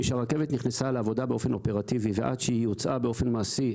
משהרכבת נכנסה לעבודה באופן אופרטיבי ועד שהיא הוצאה באופן מעשי,